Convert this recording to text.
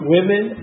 Women